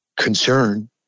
concern